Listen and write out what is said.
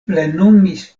plenumis